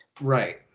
Right